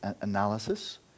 analysis